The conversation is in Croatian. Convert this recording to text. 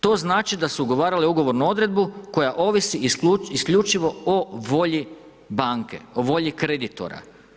To znači da su ugovarale ugovornu odredbu koja ovisi isključivo o volji banke, o volji kreditora.